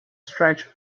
stretch